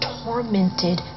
tormented